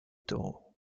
toro